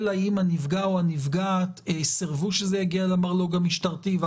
אלא אם הנפגע או הנפגעת סירבו שזה יגיע למרלוג המשטרתי,